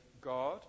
God